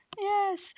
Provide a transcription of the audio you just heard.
Yes